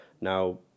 now